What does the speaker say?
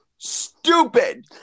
stupid